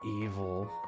evil